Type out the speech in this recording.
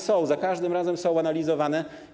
Są, za każdym razem są analizowane.